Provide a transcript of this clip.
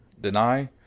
Deny